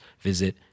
visit